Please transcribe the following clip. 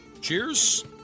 cheers